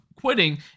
quitting